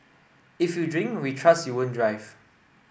if you drink we trust you won't drive